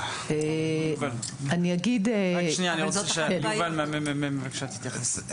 אני רוצה שיובל מהממ"מ, בבקשה, תתייחס.